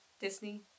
Disney